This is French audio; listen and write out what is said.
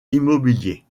immobilier